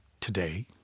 today